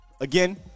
Again